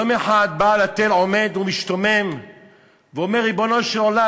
יום אחד בעל התל עומד ומשתומם ואומר: ריבונו של עולם,